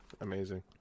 Amazing